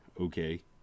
Okay